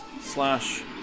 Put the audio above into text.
Slash